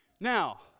Now